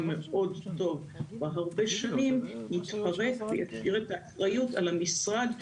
טוב מאוד כבר הרבה שנים יתפרק ויעביר את האחריות על המשרד,